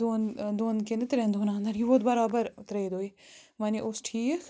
دۄن دۄن کِنہِ ترٛین دۄہن اَندر یہِ ووت بَرابر تریہِ دۄیہِ وَنے اوس ٹھیٖک